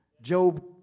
Job